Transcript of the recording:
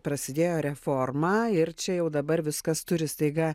prasidėjo reforma ir čia jau dabar viskas turi staiga